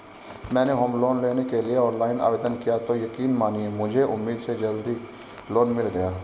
मैंने home loan लेने के लिए ऑनलाइन आवेदन किया तो यकीन मानिए मुझे उम्मीद से जल्दी लोन मिल गया